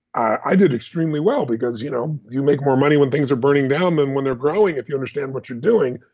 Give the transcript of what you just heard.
i did extremely well because you know you make more money when things are burning down than when they're growing if you understand what you're doing.